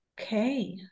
okay